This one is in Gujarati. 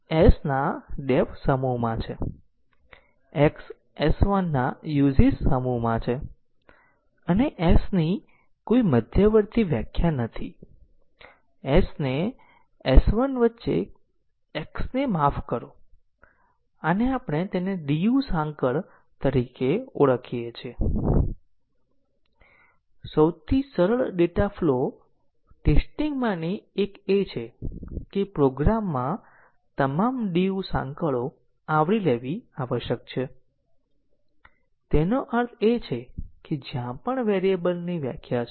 તેથી જો આપણે જાણીએ કે કોઈ પ્રોગ્રામ માટે સાયક્લોમેટિક મેટ્રિક 50 છે તો આપણે જાણીએ છીએ કે આ માટે અમને ઓછામાં ઓછા 50 ટેસ્ટ કેસની જરૂર છે અને એ પણ જાણીએ છીએ કે આ પ્રોગ્રામ અત્યંત જટીલ છે કારણ કે 50 ટેસ્ટ કેસની જરૂર છે અને તેથી ટેસ્ટીંગ ના પ્રયત્નોની જરૂર પડશે અને 50 ટેસ્ટ કેસ સાથે ટેસ્ટીંગ કર્યા પછી પણ તેમાં ભૂલો થવાની સંભાવના છે